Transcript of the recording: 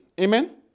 Amen